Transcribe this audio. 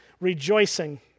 rejoicing